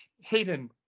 Hayden